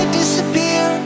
disappear